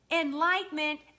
enlightenment